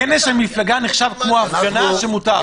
כנס מפלגה נחשב כמו הפגנה שמותר.